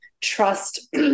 trust